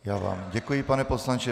Já vám děkuji, pane poslanče.